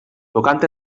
tocant